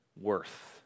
worth